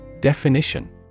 Definition